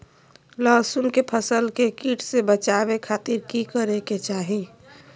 लहसुन के फसल के कीट से बचावे खातिर की करे के चाही?